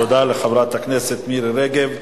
תודה לחברת הכנסת מירי רגב.